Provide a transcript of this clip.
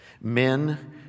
men